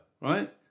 right